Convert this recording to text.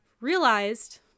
realized